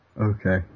okay